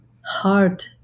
hard